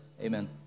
Amen